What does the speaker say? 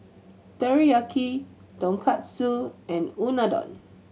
Teriyaki Tonkatsu and Unadon